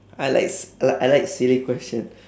I like s~ like I like silly question